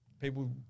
people